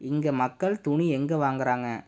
இங்கே மக்கள் துணி எங்க வாங்குறாங்க